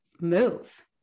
move